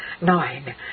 Nine